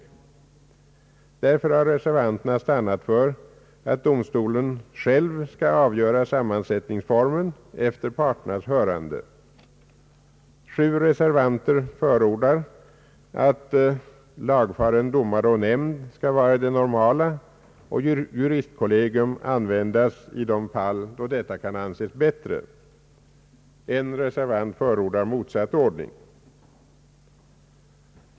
Av denna anledning har reservanterna stannat för att domstolen själv skall avgöra sammansättningsformen efter parternas hörande. Sju reservanter fordrar att lagfaren domare och nämnd skall vara det normala och juristkollegium användas i de fall där detta kan anses bättre. En reservant förordar motsatt ordning.